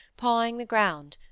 pawing the ground,